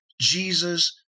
Jesus